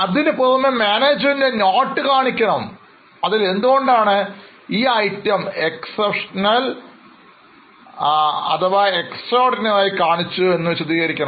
അതിനുപുറമേ management ഒരു note കാണിക്കണം അതിൽ എന്തുകൊണ്ടാണ് ഈ item Exceptional അഥവാ Extraordinary ആയി കാണിച്ചു എന്ന് വിശദീകരിക്കണം